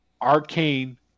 Arcane